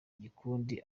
igikundi